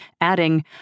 adding